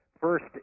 first